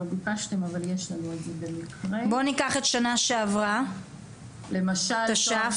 בואו ניקח את שנה שעברה למשל.